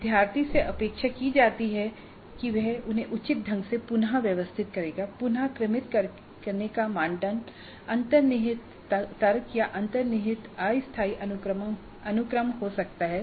विद्यार्थी से अपेक्षा की जाती है कि वह उन्हें उचित ढंग से पुन व्यवस्थित करेगा पुन क्रमित करने का मानदंड अंतर्निहित तर्क या अंतर्निहित अस्थायी अनुक्रम हो सकता है